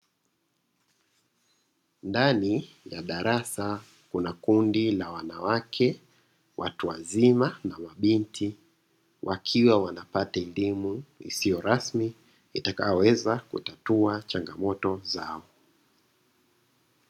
Ndani ya darasa kuna kundi la wanawake watu wazima na mabinti wakiwa wanapata elimu isiyo rasmi, itakayoweza kutatua changamoto zao.